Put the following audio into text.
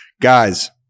guys